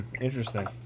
Interesting